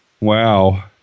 Wow